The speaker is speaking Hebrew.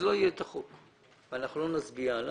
לא יהיה את החוק ואנחנו לא נצביע עליו.